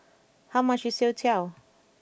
how much is Youtiao